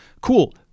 cool